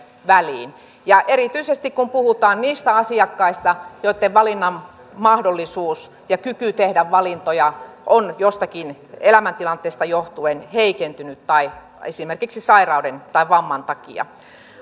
väliin ja erityisesti kun puhutaan niistä asiakkaista joitten valinnanmahdollisuus ja kyky tehdä valintoja on jostakin elämäntilanteesta johtuen heikentynyt esimerkiksi sairauden tai vamman takia